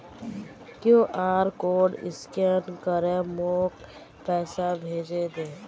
QR code scan करे मोक पैसा भेजे दे